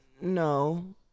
No